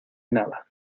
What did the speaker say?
nada